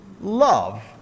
love